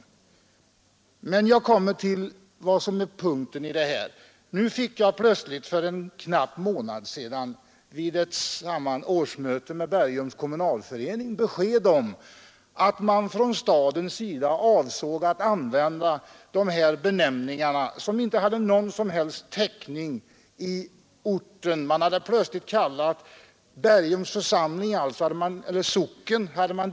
22 mars 1973 För knappt en månad sedan fick jag plötsligt vid ett årsmöte med —L —— Bergums kommunalförening besked om att staden avsåg att använda Riktlinjer för fastigtidigare i generalplaneförslaget använda benämningar såsom traktnamn.